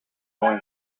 join